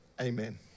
amen